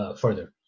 further